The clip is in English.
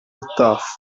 thought